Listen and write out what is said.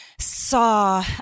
Saw